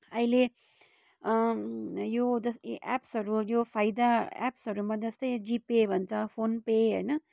अहिले यो जस्तो एप्सहरू यो फाइदा एप्सहरूमध्ये चाहिँ जीपे भन्छ फोनपे होइन